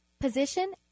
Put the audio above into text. position